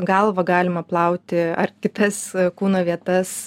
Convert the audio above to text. galvą galima plauti ar kitas kūno vietas